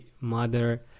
mother